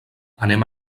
anem